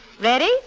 Ready